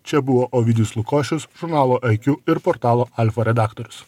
čia buvo ovidijus lukošius žurnalo iq ir portalo alfa redaktorius